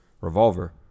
revolver